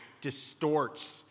distorts